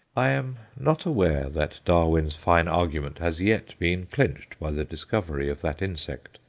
i am not aware that darwin's fine argument has yet been clinched by the discovery of that insect.